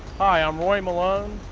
i'm roy malone,